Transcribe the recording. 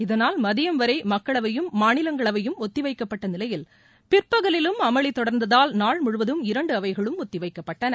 இதனால் மதியம் வரை மக்களவையும் மாநிலங்களவையும் ஒத்தி வைக்கப்பட்ட நிலையில் பிற்பகலிலும் அமளி தொடர்ந்ததால் நாள் முழுவதும் இரண்டு அவைகளும் ஒத்தி வைக்கப்பட்டன